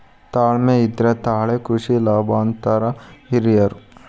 ತಾಳ್ಮೆ ಇದ್ರೆ ತಾಳೆ ಕೃಷಿ ಲಾಭ ಅಂತಾರ ಹಿರ್ಯಾರ್